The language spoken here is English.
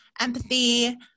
empathy